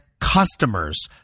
customers